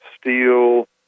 steel